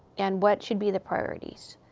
and what should be the priorities?